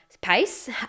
pace